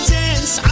dance